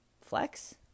Flex